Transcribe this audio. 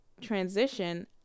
transition